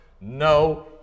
No